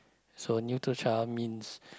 so neutral child means